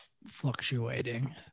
fluctuating